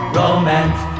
romance